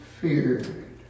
feared